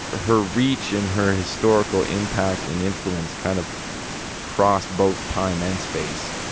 her reach and her historical impact and influence kind of cross both time and space.